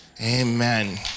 Amen